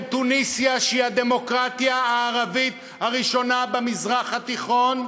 תוניסיה שהיא הדמוקרטיה הערבית הראשונה במזרח התיכון,